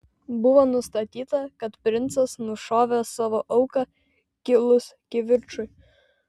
buvo nustatyta kad princas nušovė savo auką kilus kivirčui